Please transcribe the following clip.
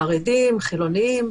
חרדים,